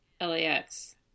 LAX